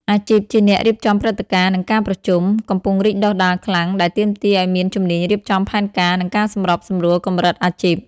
អាជីពជាអ្នករៀបចំព្រឹត្តិការណ៍ និងការប្រជុំ កំពុងរីកដុះដាលខ្លាំង ដែលទាមទារឱ្យមានជំនាញរៀបចំផែនការ និងការសម្របសម្រួលកម្រិតអាជីព។